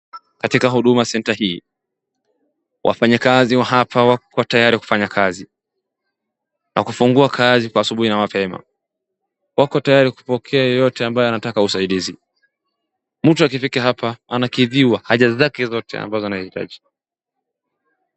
Katika Huduma Centre hii wafanya kazi wa hapa wako tayari kufanya kazi na kufungua kazi kwa asubuhi na mapema. Wako tayari kupokea yoyete ambaye anataka usaidizi. Mtu akifika hapa anakidhiwa haja zake zote amabazo anahitaji.